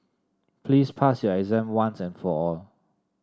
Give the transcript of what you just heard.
please pass your exam once and for all